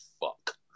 Fuck